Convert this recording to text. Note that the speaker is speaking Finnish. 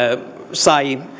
sai